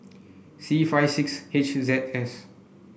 C five six H Z S